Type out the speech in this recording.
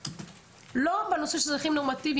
לא בנושא של אזרחים נורמטיבים.